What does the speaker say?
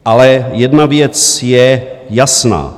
Ale jedna věc je jasná.